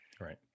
Right